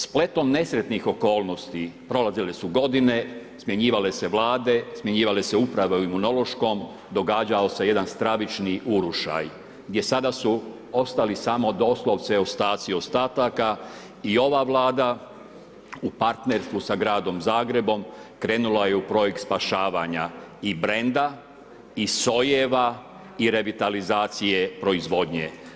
Spletom nesretnih okolnosti, prolazile su godine, smjenjivale se Vlade, smjenjivale se uprave u Imunološkom, događao se jedan stravični urušaj gdje sada su ostali samo doslovce ostaci ostataka i ova Vlada u partnerstvu sa gradom Zagrebom krenula je u projekt spašavanja i brenda i sojeva i revitalizacije proizvodnje.